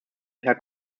herr